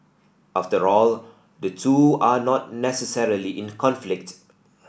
after all the two are not necessarily in conflict